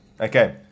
Okay